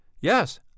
Yes